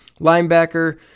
Linebacker